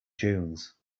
dunes